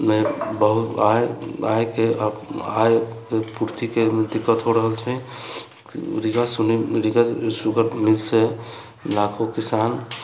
मे बहुत आयके पूर्तिमे दिक्कत हो रहल छै रीगा रीगा सुगर मिलसँ लाखो किसान